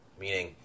Meaning